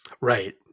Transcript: Right